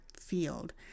field